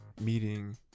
meeting